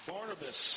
Barnabas